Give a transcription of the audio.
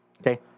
Okay